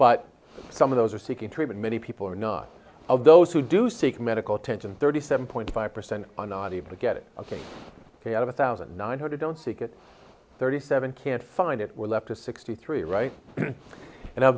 but some of those are seeking treatment many people are not of those who do seek medical attention thirty seven point five percent on not able to get it ok out of a thousand nine hundred don't seek it thirty seven can't find it we're left to sixty three right and